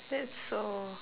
that's so